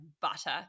butter